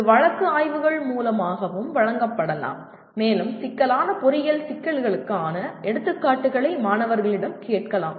இது வழக்கு ஆய்வுகள் மூலமாகவும் வழங்கப்படலாம் மேலும் சிக்கலான பொறியியல் சிக்கல்களுக்கான எடுத்துக்காட்டுகளை மாணவர்களிடம் கேட்கலாம்